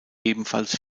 ebenfalls